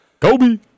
Kobe